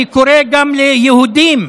אני קורא גם ליהודים: